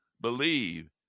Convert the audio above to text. believe